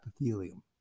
epithelium